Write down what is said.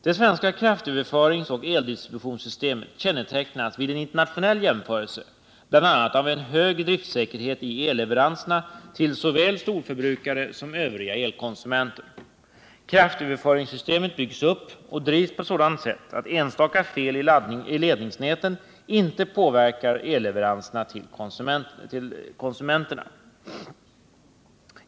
Det svenska kraftöverföringsoch eldistributionssystemet kännetecknas vid en internationell jämförelse bl.a. av en hög driftsäkerhet i elleveranserna till såväl storförbrukare som övriga elkonsumenter. Kraftöverföringssystemet byggs upp och drivs på sådant sätt att enstaka fel i ledningsnäten inte påverkar elleveranserna till konsumenterna.